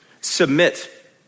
Submit